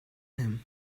him